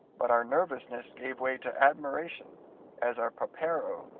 but our nervousness gave way to admiration as our popero,